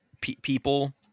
people